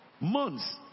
months